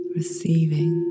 receiving